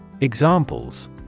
Examples